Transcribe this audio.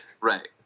Right